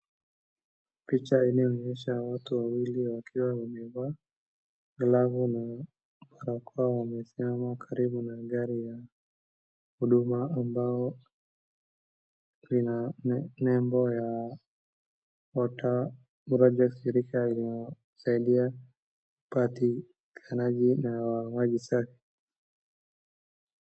Picha inayoonyesha watu wawili wakiwa wamevaa glavu na barakoa wamesimama karibu na gari ya huduma ambao ina label ya water project shirika inayosaidia upatikanaji wa maji safi.